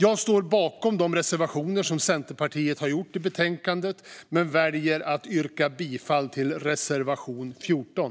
Jag står bakom de reservationer som Centerpartiet har gjort i betänkandet men väljer att yrka bifall endast till reservation 14.